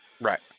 Right